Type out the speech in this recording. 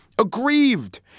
aggrieved